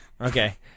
Okay